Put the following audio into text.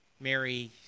Mary